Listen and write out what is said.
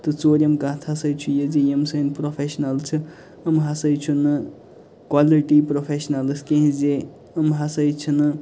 تہٕ ژوٗرِم کَتھ ہسا چھِ یہِ زِ یِم سٲنۍ پرٛوٚفیٚشنَل چھِ یِم ہسا چھِنہٕ قالٹی پرٛوٚفیٚشنَلِز کیٚنٛہہ زِ یِم ہسا چھِنہٕ